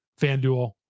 FanDuel